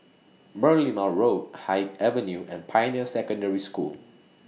Merlimau Road Haig Avenue and Pioneer Secondary School